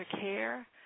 Care